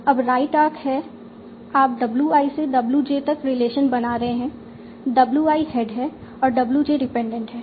तो अब right arc है आप w i से w j तक रिलेशन बना रहे हैं w i हेड है और w j डिपेंडेंट है